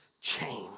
chain